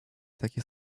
takie